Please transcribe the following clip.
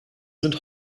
sind